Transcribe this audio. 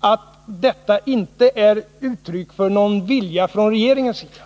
att detta inte är uttryck för någon vilja från regeringens sida?